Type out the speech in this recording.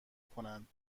کنند